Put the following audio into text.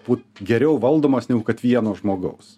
būt geriau valdomas negu kad vieno žmogaus